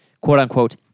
quote-unquote